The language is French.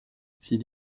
s’il